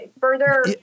further